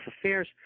affairs